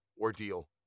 ordeal